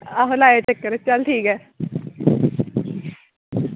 आहो लायो चक्कर चल ठीक ऐ